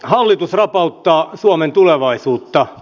hallitus rapauttaa suomen tulevaisuutta